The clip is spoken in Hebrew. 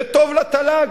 זה טוב לתל"ג,